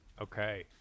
Okay